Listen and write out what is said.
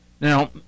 Now